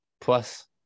plus